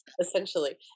essentially